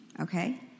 Okay